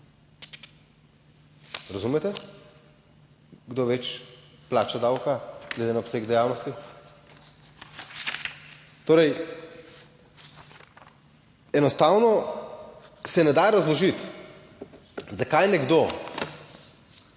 Razumete? Kdo več plača davka glede na obseg dejavnosti? Torej, enostavno se ne da razložiti, zakaj nekdo